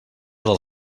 del